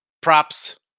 props